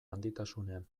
handitasunean